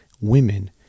women